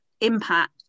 impact